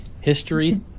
history